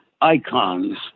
icons